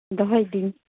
ᱫᱚᱦᱚᱭᱫᱟᱹᱧ